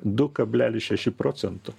du kablelis šeši procento